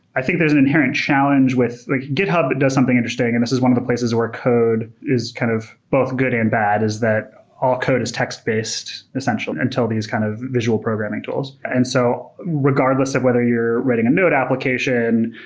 i think there's an inherent challenge with like github does something interesting and this is one of the places where code is kind of both good and bad, is that all code is text based essentially and until these kind of visual programming tools. and so regardless of whether you're writing a node application,